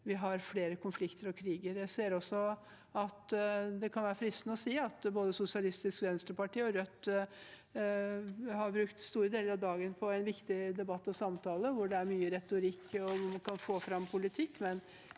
vi har flere konflikter og kriger. Jeg ser også at det kan være fristende å si at både Sosialistisk Venstreparti og Rødt har brukt store deler av dagen på en viktig debatt og samtale hvor det er mye retorikk og man kan få fram politikk,